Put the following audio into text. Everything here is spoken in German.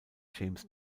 james